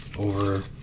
over